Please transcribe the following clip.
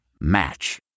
Match